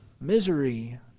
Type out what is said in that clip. misery